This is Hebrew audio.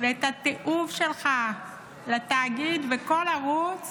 ואת התיעוב שלך לתאגיד וכל ערוץ